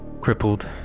Crippled